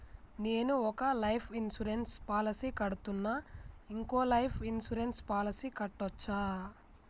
నేను ఒక life insurance policy కడ్తున్నా, ఇంకో లైఫ్ ఇన్సూరెన్స్ పాలసీ కట్టొచ్చా?